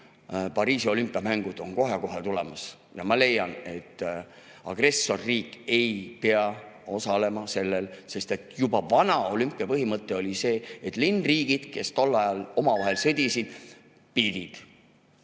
Pariisi olümpiamängud on kohe-kohe tulemas ja ma leian, et agressorriik ei pea seal osalema. Juba vana olümpiapõhimõte oli see, et linnriigid, kes tol ajal omavahel sõdisid, pidid